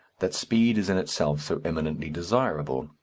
that speed is in itself so eminently desirable,